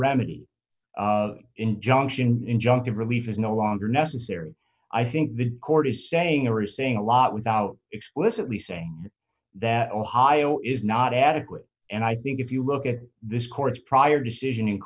remedy injunction injunctive relief is no longer necessary i think the court is saying or is saying a lot without explicitly saying that ohio is not adequate and i think if you look at this court's prior decision